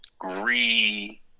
re